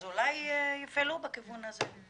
אז אולי הם יפעלו בכיוון הזה.